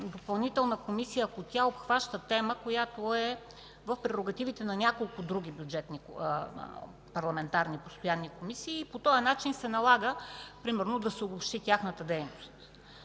допълнителна комисия, ако тя обхваща тема, която е в прерогативите на няколко други парламентарни постоянни комисии и по този начин се налага примерно да се обобщи тяхната дейност.